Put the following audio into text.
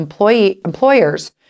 employers